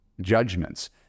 judgments